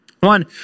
One